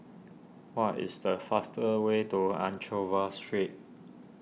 what is the faster way to Anchorvale Street